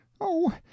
Oh